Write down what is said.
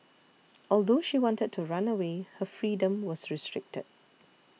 although she wanted to run away her freedom was restricted